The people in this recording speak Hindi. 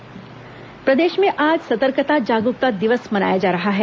सतर्कता जागरूकता अभियान प्रदेश में आज सतर्कता जागरूकता दिवस मनाया जा रहा है